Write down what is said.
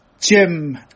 Jim